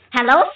Hello